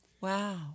Wow